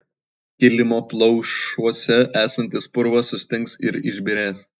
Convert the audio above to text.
kilimo plaušuose esantis purvas sustings ir išbyrės